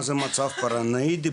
מה זה מצב פרנואידי?